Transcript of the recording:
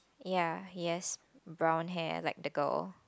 ya he has brown hair like the girl